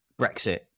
Brexit